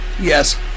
Yes